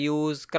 use